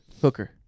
hooker